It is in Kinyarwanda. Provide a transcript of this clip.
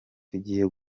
tugiye